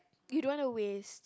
you don't want to waste